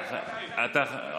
כן, אני רוצה להשיב.